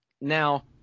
Now